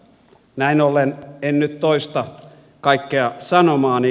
näin ollen en nyt toista kaikkea sanomaani